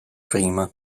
prima